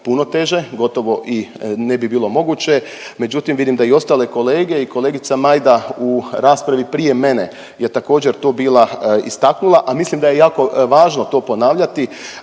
puno teže, gotovo i ne bi bilo moguće, međutim, vidim da i ostale kolege i kolegica Majda u raspravi prije mene je također, to bila istaknula, a mislim da je jako važno to ponavljati,